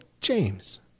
James